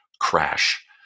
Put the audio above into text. crash